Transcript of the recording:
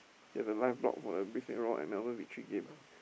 and the live blog for the Brisbane-Roar and Melbourne-Victory game